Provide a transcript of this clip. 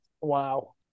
wow